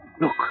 Look